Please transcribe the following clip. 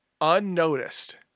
unnoticed